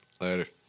Later